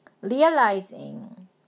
realizing